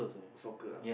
soccer ah